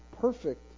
perfect